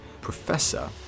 professor